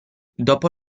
dopo